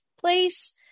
place